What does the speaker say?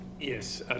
yes